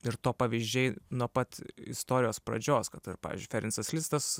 ir to pavyzdžiai nuo pat istorijos pradžios kad ir pavyzdžiui ferencas listas